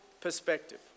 perspective